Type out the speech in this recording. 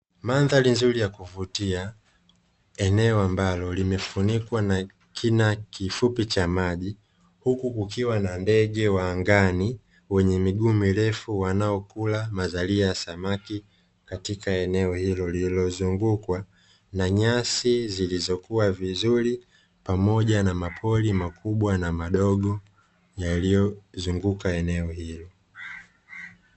Mandhari nzuri ya kuvutia eneo ambalo limefunikwa na kina kifupi cha maji, huku kukiwa na ndege wa angani wenye migumu mirefu wanaokula mazalia ya samaki katika eneo hilo, liliozungukwa na nyasi zilizokuwa vizuri pamoja na mapori makubwa na madogo yaliyozunguka eneo hilo.